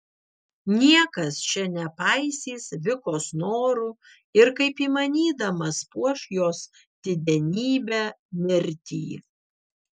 niekas čia nepaisys vikos norų ir kaip įmanydamas puoš jos didenybę mirtį